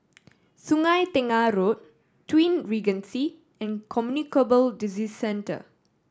Sungei Tengah Road Twin Regency and Communicable Disease Centre